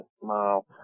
smile